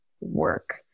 work